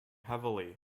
heavily